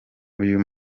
uyu